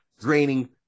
draining